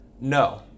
no